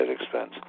expense